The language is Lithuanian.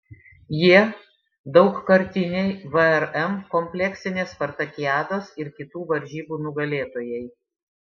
jie daugkartiniai vrm kompleksinės spartakiados ir kitų varžybų nugalėtojai